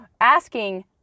asking